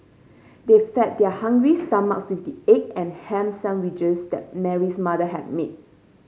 they fed their hungry stomachs with the egg and ham sandwiches that Mary's mother had made